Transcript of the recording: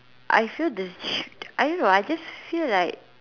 I feel the I don't know I just feel like